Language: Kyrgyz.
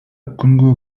күнгө